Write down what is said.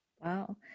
wow